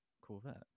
Corvette